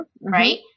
right